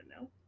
no